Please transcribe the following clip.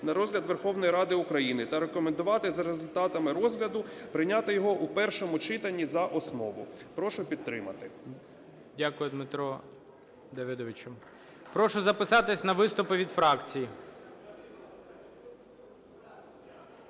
на розгляд Верховної Ради України та рекомендувати за результатами розгляду прийняти його у першому читанні за основу. Прошу підтримати ГОЛОВУЮЧИЙ. Дякую, Дмитро Давидовичу. Прошу записатись на виступи від фракцій.